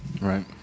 Right